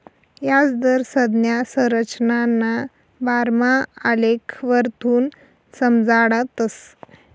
याजदर संज्ञा संरचनाना बारामा आलेखवरथून समजाडतस